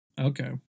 Okay